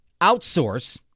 outsource